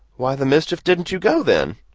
why the mischief didn't you go, then?